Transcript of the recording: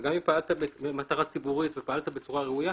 וגם אם פעלת למטרה ציבורית ראויה,